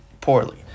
poorly